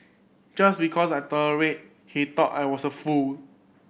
just because I tolerated he thought I was a fool